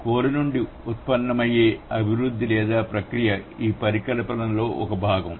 core నుండి ఉత్పన్నమయ్యే అభివృద్ధి లేదా ప్రక్రియ ఈ పరికల్పనలో ఒక భాగం